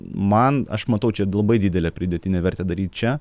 man aš matau čia labai didelę pridėtinę vertę daryt čia